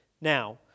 Now